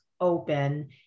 open